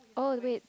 oh wait